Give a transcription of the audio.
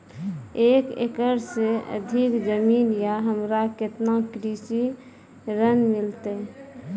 एक एकरऽ से अधिक जमीन या हमरा केतना कृषि ऋण मिलते?